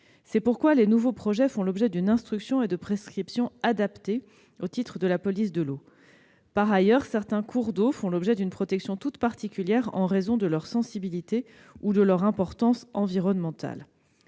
C'est pourquoi les nouveaux projets font l'objet d'une instruction et de prescriptions adaptées au titre de la police de l'eau. Par ailleurs, certains cours d'eau font l'objet d'une protection toute particulière en raison de leur sensibilité ou de leur importance environnementale.